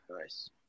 Nice